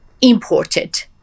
imported